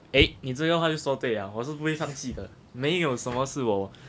诶你这句话就说对了我是不会放弃的没有什么是我